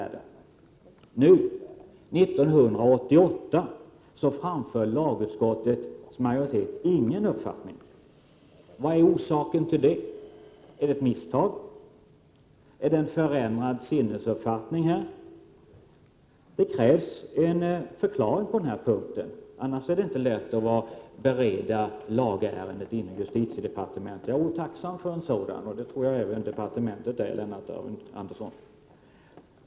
I dag, år 1988, har lagutskottet ingen uppfattning i denna fråga. Vad är orsaken till detta? Är det ett misstag? Eller är det fråga om en förändrad uppfattning? Det krävs en förklaring på denna punkt! Annars är det inte lätt för justitiedepartementet att bereda lagärendet. Jag vore tacksam för en förklaring, och det tror jag att även departementet skulle vara, Lennart Andersson.